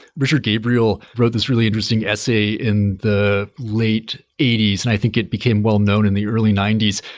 richard gabriel wrote this really interesting essay in the late eighty s and i think it became well-known in the early ninety s,